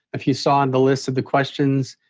if you saw on the list of the questions.